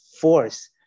force